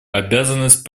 обязанность